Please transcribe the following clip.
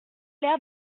l’air